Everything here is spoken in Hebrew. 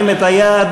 להרים את היד.